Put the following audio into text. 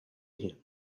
him